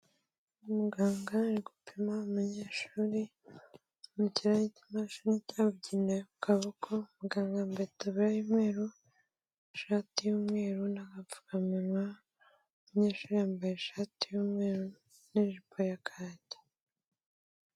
Umuganga ari gupima umunyeshuri amushyiraho ikimashini cyabugenewe ku kaboko, umuganga yamabye itaburiya y'umweru, ishati y'umweru n'agapfukamunwa, umunyeshuri yambaye ishati y'umweru n'ijipo ya kaki.